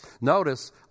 Notice